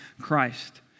Christ